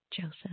Joseph